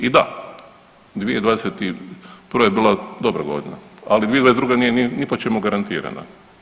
I da, 2021. je bila dobra godina, ali 2022. nije ni po čemu garantirana.